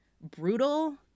brutal